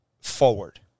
forward